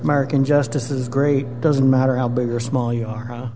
american justice is great doesn't matter how big or small you are